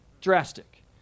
drastic